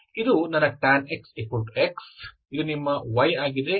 ಇದು ನನ್ನ tan x x ಇದು ನಿಮ್ಮ y ಆಗಿದೆ